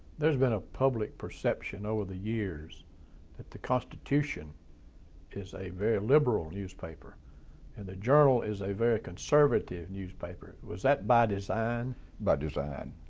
there's been a public perception over the years that the constitution is a very liberal newspaper and the journal is a very conservative newspaper. was that by design? minter by design,